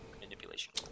manipulation